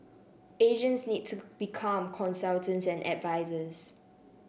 agents need to become consultants and advisers